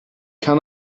kann